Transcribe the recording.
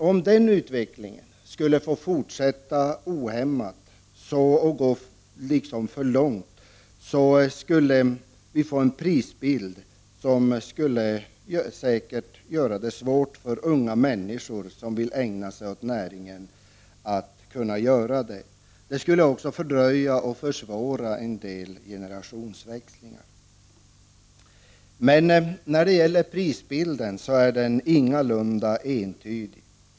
Om den utvecklingen skulle få fortsätta ohämmat och gå för långt, skulle vi få en prisbild som säkert skulle göra det svårt för unga människor som vill ägna sig åt jordoch skogsbruksnäringar att kunna göra det. Det skulle även fördröja och försvåra en del generationsväxlingar. Prisbilden är dock ingalunda entydig.